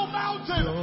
mountain